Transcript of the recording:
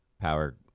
power